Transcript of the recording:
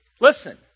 Listen